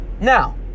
Now